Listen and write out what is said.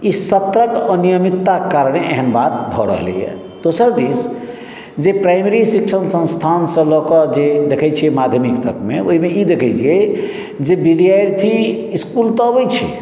ई सतत अनियमितताके कारणे एहन बात भऽ रहलैया दोसर दिश जे प्राइमरी शिक्षण संस्थान सँ लऽ कऽ देखै छियै जे माध्यमिक तक मे ओहिमे ई देखैत छी जे विद्यार्थी इसकुल तऽ अबै छै